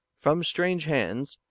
from strange hands,